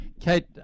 Kate